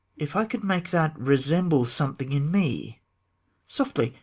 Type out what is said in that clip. if i could make that resemble something in me softly!